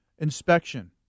inspection